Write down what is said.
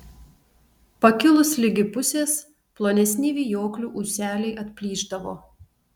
pakilus ligi pusės plonesni vijoklių ūseliai atplyšdavo